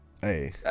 Hey